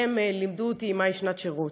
הם לימדו אותי מהי שנת שירות.